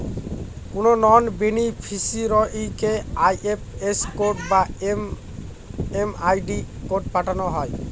কোনো নন বেনিফিসিরইকে IFS code বা এম.এম.আই.ডি কোড পাঠানো হয়